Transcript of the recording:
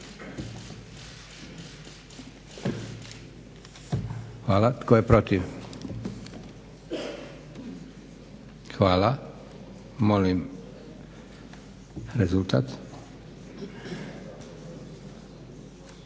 Hvala. Tko je protiv? Hvala. Molim rezultat.